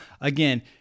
again